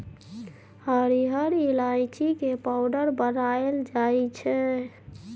हरिहर ईलाइची के पाउडर बनाएल जाइ छै